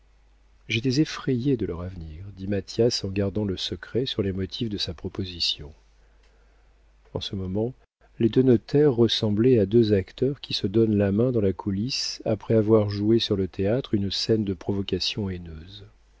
ruinés j'étais effrayé de leur avenir dit mathias en gardant le secret sur les motifs de sa proposition en ce moment les deux notaires ressemblaient à deux acteurs qui se donnent la main dans la coulisse après avoir joué sur le théâtre une scène de provocations haineuses